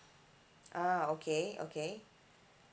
ah okay okay